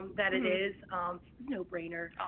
that it is no brainer.